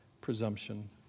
presumption